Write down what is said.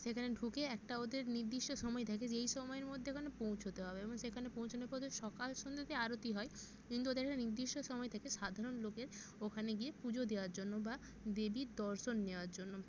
সেখানে ঢুকে একটা ওদের নির্দিষ্ট সময় থাকে যেই সময়ের মধ্যে ওখানে পৌঁছতে হবে এবং সেখানে পৌঁছোনোর পর তো সকাল সন্ধ্যেতে আরতি হয় কিন্তু ওদের একটা নির্দিষ্ট সময় থাকে সাধারণ লোকের ওখানে গিয়ে পুজো দেওয়ার জন্য বা দেবীর দর্শন নেওয়ার জন্য